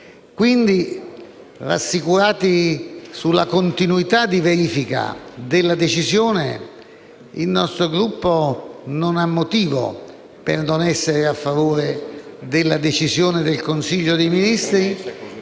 Quindi, rassicurati sulla continuità di verifica della decisione, il nostro Gruppo non ha motivo per non essere a favore della decisione del Consiglio dei ministri